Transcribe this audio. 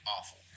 awful